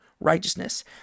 righteousness